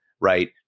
right